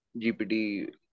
GPT